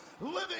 Living